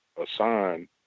assign